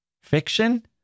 Fiction